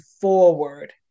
forward